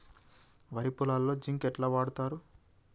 వరి పొలంలో జింక్ ఎట్లా వాడుతరు?